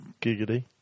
Giggity